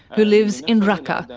who lives in raqqa,